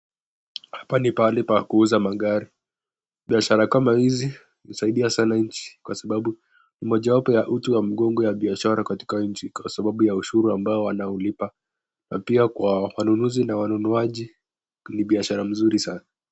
Hapa ni pahali pa kuuza magari biashara kama hizi husaidia sana nchi kwa sababu umoja wapo wa uti wa mgongo wa biashara katika nchi kwa sababu ya ushuru ambao wanaulipa wakiwa kwa wanunuzi na wanunuaji ni biashara mzuri sana.